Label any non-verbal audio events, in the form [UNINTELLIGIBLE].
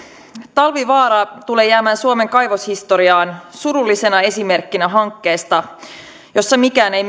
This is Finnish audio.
talvivaara tulee jäämään suomen kaivoshistoriaan surullisena esimerkkinä hankkeesta jossa mikään ei [UNINTELLIGIBLE]